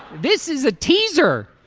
this is a teaser.